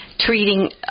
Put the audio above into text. Treating